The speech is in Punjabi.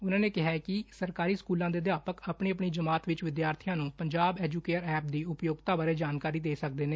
ਉਨੂਂ ਨੇ ਕਿਹਾ ਕਿ ਸਰਕਾਰੀ ਸਕੁਲਾਂ ਦੇ ਅਧਿਆਪਕ ਆਪਣੀ ਜਮਾਤ ਵਿਚ ਵਿਦਿਆਰਥੀਆਂ ਨੂੰ ਪੰਜਾਬ ਐਜੁਕੇਅਰ ਐਪ ਦੀ ਉਪਯੋਗਤਾ ਬਾਰੇ ਜਾਣਕਾਰੀ ਦੇ ਸਕਦੇ ਨੇ